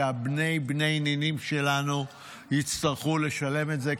בני-בני הנינים שלנו יצטרכו לשלם את זה,